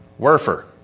Werfer